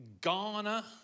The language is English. Ghana